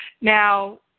Now